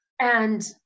And-